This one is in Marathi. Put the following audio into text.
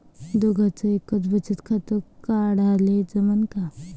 दोघाच एकच बचत खातं काढाले जमनं का?